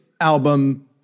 album